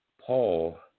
Paul